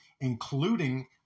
including